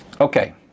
Okay